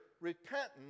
repentance